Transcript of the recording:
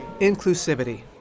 inclusivity